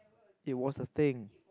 it was a thing